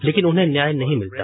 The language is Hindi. लेकिन उन्हें न्याय नहीं मिलता